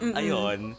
ayon